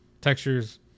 Textures